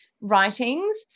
writings